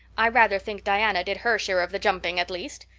i rather think diana did her share of the jumping at least.